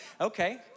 Okay